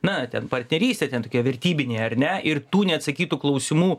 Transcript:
na ten partnerystė ten tokie vertybiniai ar ne ir tų neatsakytų klausimų